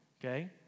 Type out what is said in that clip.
okay